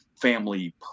family